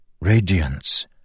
Radiance